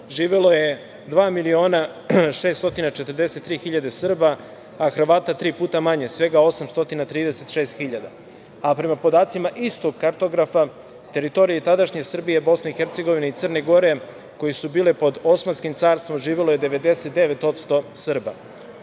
živelo je 2.643.000 Srba a Hrvata tri puta manje, svega 836.000 a prema podacima istog kartografa teritorije tadašnje Srbije, Bosne i Hercegovine i Crne Gore koje su bile pod Osmanskim carstvom živelo je 99% Srba. Ovo